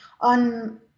on